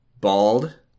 Bald